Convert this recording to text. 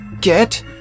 Get